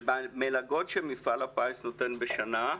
במלגות שמפעל הפיס נותן בשנה,